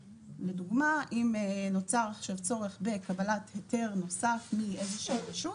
לדוגמא: אם נוצר עכשיו צורך בקבלת היתר נוסף מאיזו שהיא רשות,